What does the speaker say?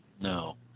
No